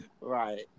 right